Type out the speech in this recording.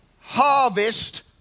harvest